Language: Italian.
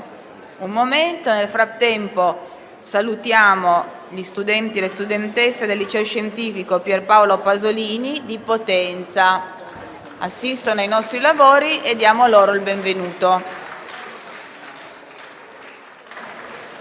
nuova finestra"). Salutiamo gli studenti e le studentesse del liceo scientifico «Pier Paolo Pasolini» di Potenza, che assistono ai nostri lavori. Diamo loro il benvenuto.